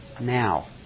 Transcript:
now